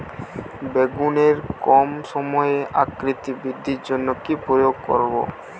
বেগুনের কম সময়ে আকৃতি বৃদ্ধির জন্য কি প্রয়োগ করব?